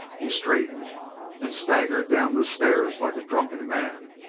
he straightened and staggered down the stairs like a drunken man,